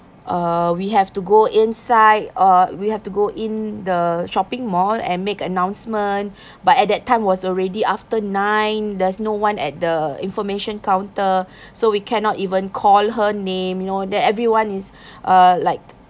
uh we have to go inside uh we have to go in the shopping mall and make announcement but at that time was already after nine there's no one at the information counter so we cannot even call her name you know that everyone is uh like